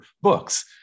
books